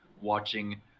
watching